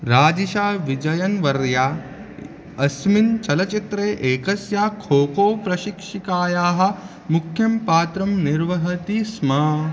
राजिशा विजयन् वर्या अस्मिन् चलचित्रे एकस्य खोको प्रशिक्षिकायाः मुख्यं पात्रं निर्वहति स्म